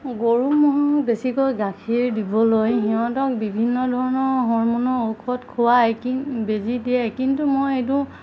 গৰু ম'হক বেছিকৈ গাখীৰ দিবলৈ সিহঁতক বিভিন্ন ধৰণৰ হৰমণৰ ঔষধ খুৱায় কি বেজি দিয়ে কিন্তু মই এইটো